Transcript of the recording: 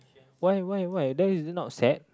why why why that is not sad